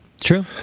True